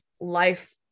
life